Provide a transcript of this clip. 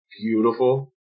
beautiful